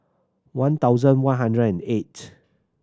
one thousand one hundred and eight